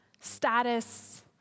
status